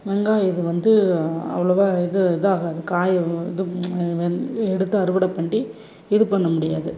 வெங்காய இது வந்து அவ்வளோவா இது இதாகாது காய் இது எடுத்து அறுவடை பண்ணி இது பண்ண முடியாது